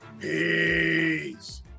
Peace